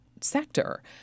sector